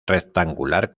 rectangular